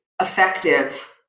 effective